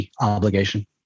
obligation